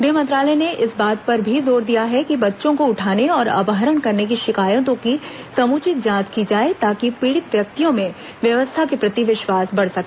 गृह मंत्रालय ने इस बात पर भी जोर दिया है कि बच्चों को उठाने और अपहरण करने की शिकायतों की समुचित जांच की जाए ताकि पीड़ित व्यक्तियों में व्यवस्था के प्रति विश्वास बढ़ सके